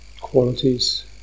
qualities